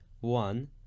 one